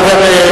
אלי.